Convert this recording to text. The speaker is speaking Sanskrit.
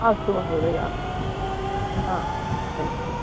अस्तु महोदय धन्यवादः